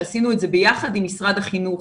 שעשינו את זה ביחד עם משרד החינוך,